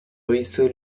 ruisseau